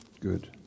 good